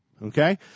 Okay